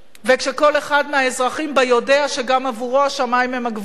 וכשכל אחד מהאזרחים בה יודע שגם עבורו השמים הם הגבול,